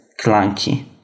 clunky